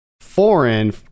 foreign